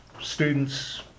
students